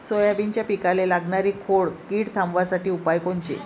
सोयाबीनच्या पिकाले लागनारी खोड किड थांबवासाठी उपाय कोनचे?